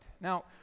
Now